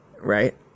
Right